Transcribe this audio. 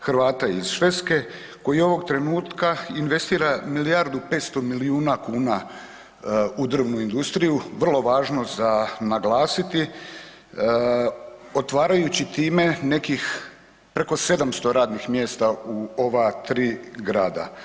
Hrvata iz Švedske koji ovog trenutka investira milijardu 500 milijuna kuna u drvnu industriju, vrlo važno za naglasiti otvarajući time nekih preko 700 radnih mjesta u ova tri grada.